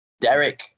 Derek